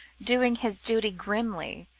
doing his duty grimly,